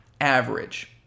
average